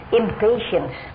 impatience